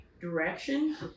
direction